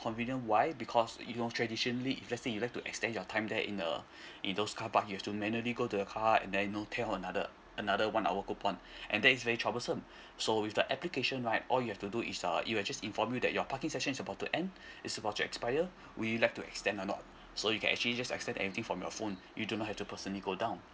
convenient why because you know traditionally if let's say you like to extend your time there in a in those carpark you have to manually go to the car and then know tear another another one hour coupon and that is very troublesome so with the application like all you have to do is uh it will just inform you that your parking session is about to end it is about to expire we like to extend or not so you can actually just accept anything from your phone you don't have to personally go down